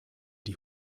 die